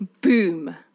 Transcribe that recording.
boom